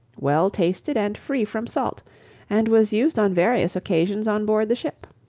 well tasted, and free from salt and was used on various occasions on board the ship.